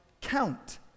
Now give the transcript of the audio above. count